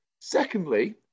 Secondly